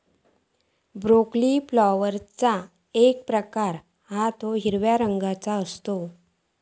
broccoli फ्लॉवरचो एक प्रकार हा तो हिरव्या रंगाचो असता